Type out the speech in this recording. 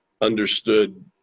understood